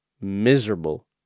miserable